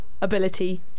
ability